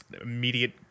immediate